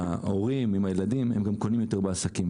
הורים עם הילדים הם גם קונים יותר בעסקים.